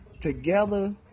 Together